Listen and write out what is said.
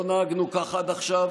לא נהגנו כך עד עכשיו